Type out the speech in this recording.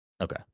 Okay